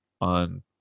on